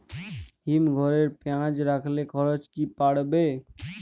হিম ঘরে পেঁয়াজ রাখলে খরচ কি পড়বে?